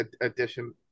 addition